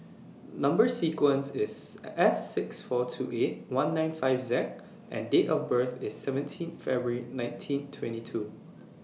Number sequence IS S six four two eight one nine five Z and Date of birth IS seventeen February nineteen twenty two